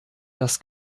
das